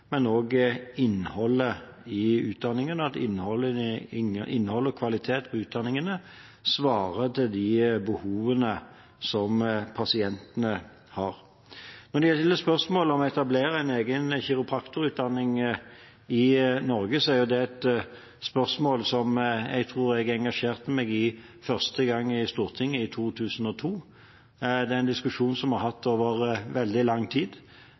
og innholdet i utdanningene – at innhold og kvalitet i utdanningene svarer til de behovene som pasientene har. Når det gjelder spørsmål om å etablere en egen kiropraktorutdanning i Norge, er det et spørsmål som jeg tror jeg engasjerte meg i første gang i Stortinget i 2002. Det er en diskusjon som vi har hatt over veldig lang tid.